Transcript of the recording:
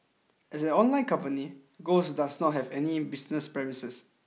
as an online company Ghost does not have any business premises